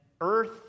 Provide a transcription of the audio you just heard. earth